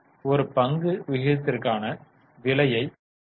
எனவே ஒரு பங்கு விகிதத்திற்கான விலையை இ